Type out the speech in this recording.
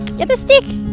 get the stick!